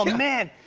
and man!